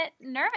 nervous